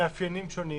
מאפיינים שונים,